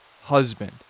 husband